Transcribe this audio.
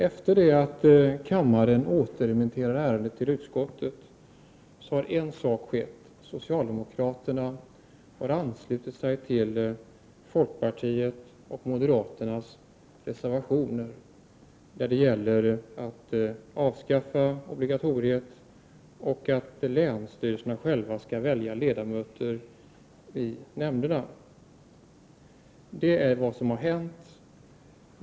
Efter det att kammaren återremitterade ärendet till utskottet har en sak skett: socialdemokraterna har anslutit sig till folkpartiets och moderaternas reservationer när det gäller att avskaffa obligatoriet och att länsstyrelserna själva skall välja ledamöter i nämnderna. Det är vad som har hänt.